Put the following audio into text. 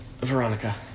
Veronica